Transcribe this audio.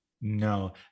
No